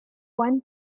one